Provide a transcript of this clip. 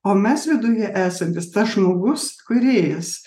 o mes viduje esantis tas žmogus kūrėjas